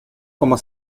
como